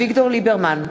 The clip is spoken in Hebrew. אביגדור ליברמן,